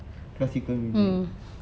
classical music